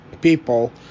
people